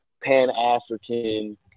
Pan-African